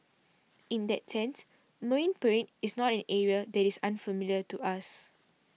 in that sense Marine Parade is not an area that is unfamiliar to us